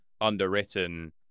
underwritten